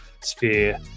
sphere